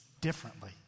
differently